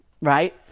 right